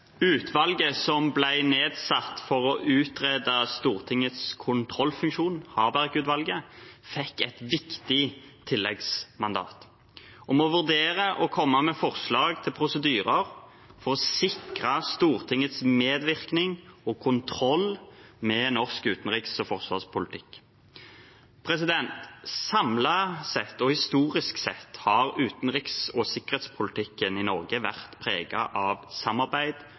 Utvalget som ble nedsatt for å utrede Stortingets kontrollfunksjon, Harberg-utvalget, fikk et viktig tilleggsmandat til å «vurdere og komme med forslag til prosedyrer for å sikre Stortingets medvirkning og kontroll med norsk utenriks- og forsvarspolitikk». Samlet sett og historisk sett har utenriks- og sikkerhetspolitikken i Norge vært preget av samarbeid